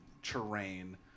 terrain